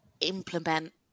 implement